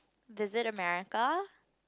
visit America